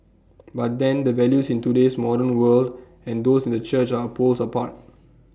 but then the values in today's modern world and those in the church are poles apart